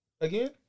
again